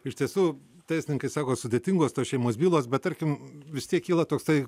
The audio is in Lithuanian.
iš tiesų teisininkai sako sudėtingos tos šeimos bylos bet tarkim vis tiek kyla toksai